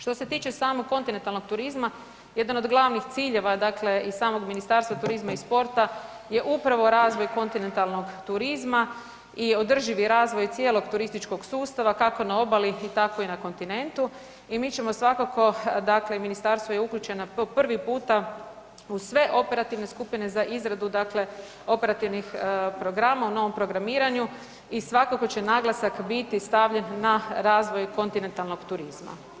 Što se tiče samog kontinentalnog turizma, jedan od glavnih ciljeva, dakle i samog Ministarstva turizma i sporta je upravo razvoj kontinentalnog turizma i održivi razvoj cijelog turističkog sustava kako na obali, tako i na kontinentu i mi ćemo svakako dakle i Ministarstvo je uključeno po prvi puta u sve operativne skupine za izradu dakle operativnih programa u novom programiranju i svakako će naglasak biti stavljen na razvoj kontinentalnog turizma.